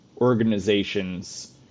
organizations –